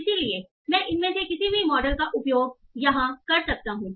इसलिए मैं इनमें से किसी भी मॉडल का उपयोग कर सकता हूं